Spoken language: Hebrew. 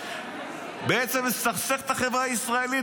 בעצם לסכסך את החברה הישראלית.